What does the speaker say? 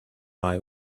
eye